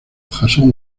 jason